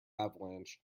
avalanche